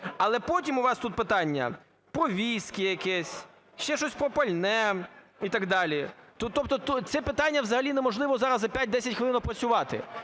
Але потім у вас тут питання про віскі якесь, ще щось про пальне і так далі. Тобто це питання взагалі неможливо зараз за 5-10 хвилин опрацювати.